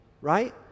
Right